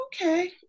okay